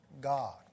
God